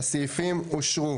הסעיף אושר.